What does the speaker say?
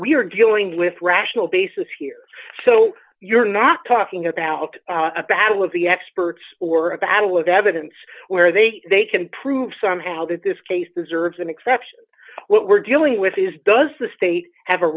we're dealing with rational basis here so you're not talking about a battle of the experts or a battle of evidence where they can prove somehow that this case deserves an exception what we're dealing with is does the state have a